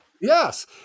Yes